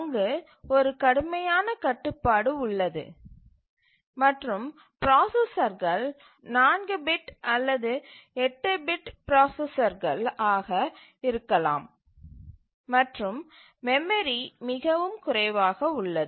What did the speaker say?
அங்கு ஒரு கடுமையான கட்டுப்பாடு உள்ளது மற்றும் பிராசஸர்கள் 4 பிட் அல்லது 8 பிட் பிராசஸர்கள் ஆக இருக்கலாம் மற்றும் மெமரி மிகவும் குறைவாக உள்ளது